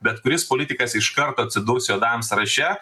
bet kuris politikas iškart atsidurs juodajam sąraše